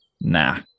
nah